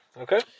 Okay